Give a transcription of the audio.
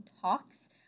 talks